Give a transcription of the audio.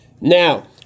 Now